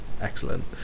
excellent